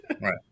Right